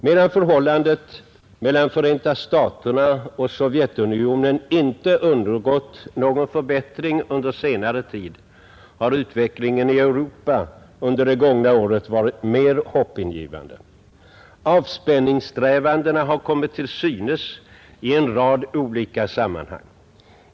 Medan förhållandet mellan Förenta staterna och Sovjetunionen inte undergått någon förbättring under senare tid, har utvecklingen i Europa under det gångna året varit mer hoppingivande. Avspänningssträvandena har kommit till synes i en rad olika sammanhang.